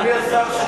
אדוני השר,